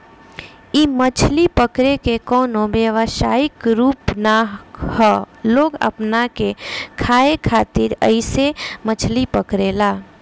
इ मछली पकड़े के कवनो व्यवसायिक रूप ना ह लोग अपना के खाए खातिर ऐइसे मछली पकड़े ले